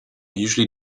usually